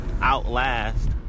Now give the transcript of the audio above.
outlast